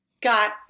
got